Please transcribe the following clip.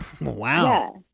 wow